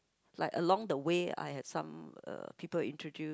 like along the way I have some uh people introduce